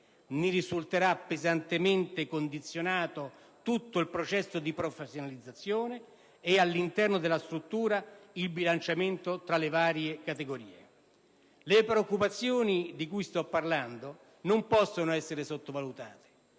Ne risulterà pesantemente condizionato tutto il processo di professionalizzazione e, all'interno della struttura, il bilanciamento tra le varie categorie. Le preoccupazioni di cui sto parlando non possono essere sottovalutate